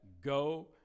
go